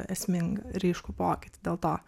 esmingą ryškų pokytį dėl to